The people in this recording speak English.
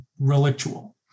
relictual